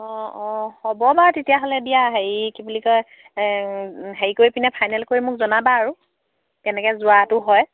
অঁ অঁ হ'ব বাৰু তেতিয়াহ'লে দিয়া হেৰি কি বুলি কয় হেৰি কৰি পিনে ফাইনেল কৰি মোক জনাবা আৰু কেনেকৈ যোৱাটো হয়